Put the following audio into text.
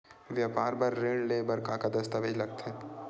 व्यापार बर ऋण ले बर का का दस्तावेज लगथे?